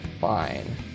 fine